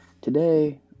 today